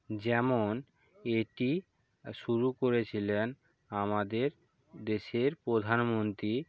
যেমন এটি শুরু করেছিলেন আমাদের দেশের প্রধানমন্ত্রী